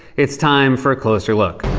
it's time for a closer look.